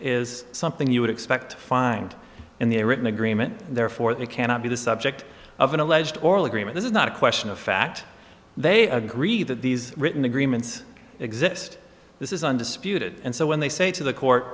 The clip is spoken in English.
is something you would expect find in the written agreement therefore they cannot be the subject of an alleged oral agreement is not a question of fact they agree that these written agreements exist this is undisputed and so when they say to the court